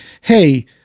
hey